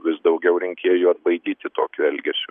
vis daugiau rinkėjų atbaidyti tokiu elgesiu